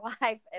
life